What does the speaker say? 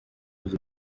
uhuza